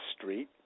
Street